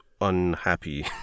unhappy